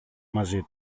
μαζί